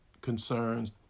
concerns